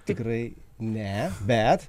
tikrai ne bet